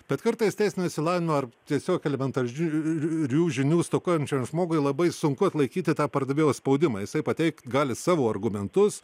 bet kartais teisinio išsilavinimo ar tiesiog elementarių žinių stokojančiam žmogui labai sunku atlaikyti tą pardavėjo spaudimą jisai pateikt gali savo argumentus